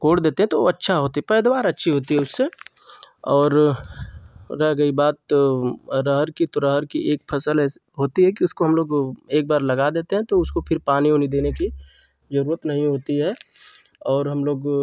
core देते हैं तो अच्छा होती पैदावार अच्छी होती है उससे और रह गई बात अरहर कि तो रहर कि एक फसल ऐसी होती है कि उसको हम लोग एक बार लगा देते हैं तो उसको फिर पानी वाणी देने कि जरूरत नहीं होती है और हम लोग